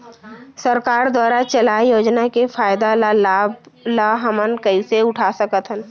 सरकार दुवारा चलाये योजना के फायदा ल लाभ ल हमन कइसे उठा सकथन?